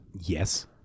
Yes